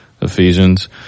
Ephesians